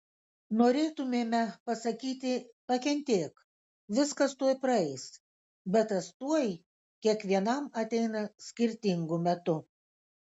norėtumėme pasakyti pakentėk viskas tuoj praeis bet tas tuoj kiekvienam ateina skirtingu metu